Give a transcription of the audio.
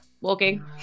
walking